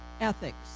ethics